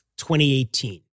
2018